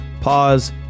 Pause